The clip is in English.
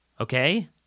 Okay